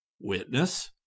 Witness